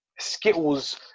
Skittles